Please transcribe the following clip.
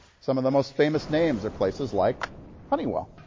some of the most famous names are places like honeywell.